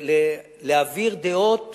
להעביר דעות,